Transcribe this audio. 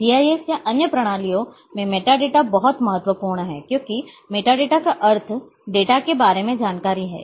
GIS या अन्य प्रणालियों में मेटाडेटा बहुत महत्वपूर्ण हैं क्योंकि मेटाडेटा का अर्थ डेटा के बारे में जानकारी है